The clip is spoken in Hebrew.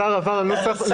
השר עבר על נוסח אחר.